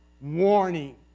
warning